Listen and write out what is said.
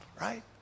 right